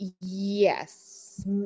Yes